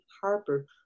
Harper